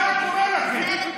מה קורה לכם?